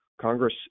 Congress